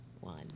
One